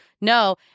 No